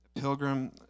Pilgrim